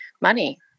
money